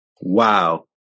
wow